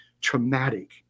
traumatic